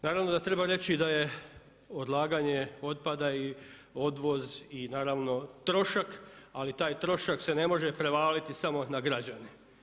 Naravno da treba reći da je odlaganje otpada i odvoz i naravno trošak, ali taj trošak se ne može prevaliti samo na građane.